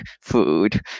food